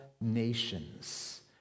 nations